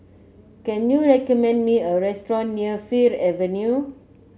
can you recommend me a restaurant near Fir Avenue